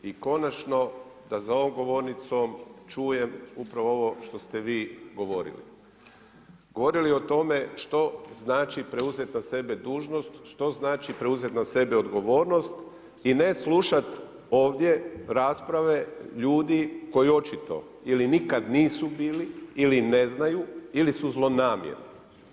I konačno da za ovom govornicom čujem upravo ovo što ste vi govorili, govorili o tome što znači preuzeti na sebe dužnost, što znači preuzeti na sebe odgovornost i ne slušat ovdje rasprave ljudi koji očito ili nikad nisu bili ili ne znaju ili su zlonamjerni.